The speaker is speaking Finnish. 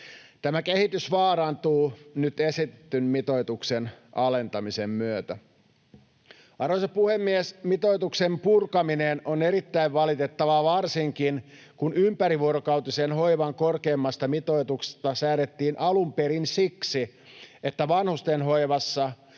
Tämä kehitys vaarantuu nyt esitetyn mitoituksen alentamisen myötä. Arvoisa puhemies! Mitoituksen purkaminen on erittäin valitettavaa varsinkin, kun ympärivuorokautisen hoivan korkeimmasta mitoituksesta säädettiin alun perin siksi, että vanhustenhoivassa